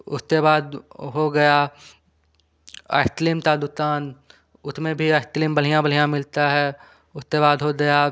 उसके बाद हो गया आइसक्लीम का दुकान उसमें भी आइतक्लीम बढ़िया बढ़िया मिलती है उसके बाद हो गया